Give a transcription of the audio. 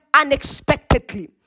unexpectedly